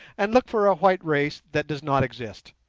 and look for a white race that does not exist.